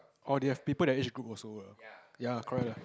orh they have people that age group also uh ya correct lah